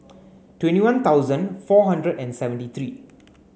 twenty one thousand four hundred and seventy three